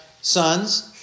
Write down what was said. sons